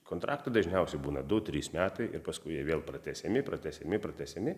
kontraktai dažniausiai būna du trys metai ir paskui jie vėl pratęsiami pratęsiami pratęsiami